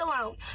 alone